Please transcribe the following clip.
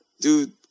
dude